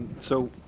so,